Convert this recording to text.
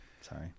Sorry